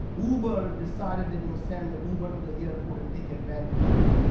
uber decided they're gonna send the uber to the airport and take advantage of that.